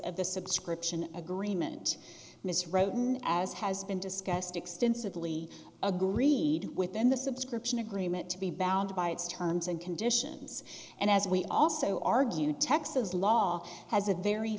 of the subscription agreement miss roden as has been discussed extensively agreed within the subscription agreement to be bound by its terms and conditions and as we also argue texas law has a very